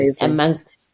amongst